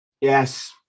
Yes